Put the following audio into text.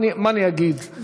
מה אגיד,